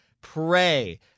pray